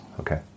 Okay